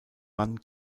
mann